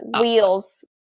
wheels